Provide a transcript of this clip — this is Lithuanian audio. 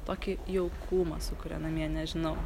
tokį jaukumą sukuria namie nežinau